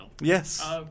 Yes